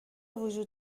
وجود